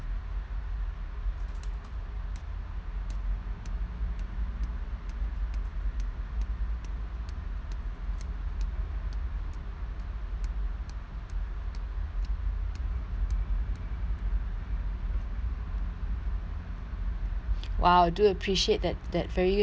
!wow! do uh appreciate that that very err good gesture